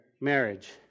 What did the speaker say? Marriage